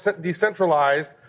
decentralized